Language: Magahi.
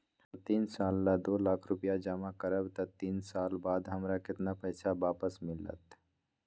हम तीन साल ला दो लाख रूपैया जमा करम त तीन साल बाद हमरा केतना पैसा वापस मिलत?